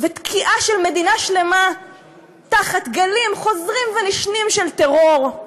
ותקיעה של מדינה שלמה תחת גלים חוזרים ונשנים של טרור,